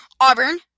Auburn